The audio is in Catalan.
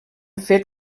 fet